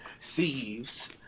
Thieves